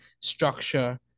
structure